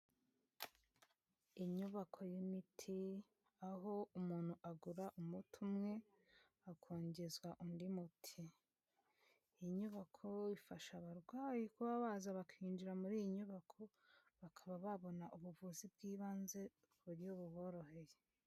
Inyubako y'imiti, aho umuntu agura umuti umwe, akongezwa undi muti. Iyi nyubako, ifasha abarwayi kuba baza bakinjira muri iyi nyubako, bakaba babona ubuvuzi bw'ibanze mu buryo buboroheye.